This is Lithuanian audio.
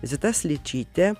zita sličytė